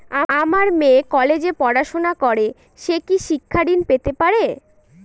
আমার মেয়ে কলেজে পড়াশোনা করে সে কি শিক্ষা ঋণ পেতে পারে?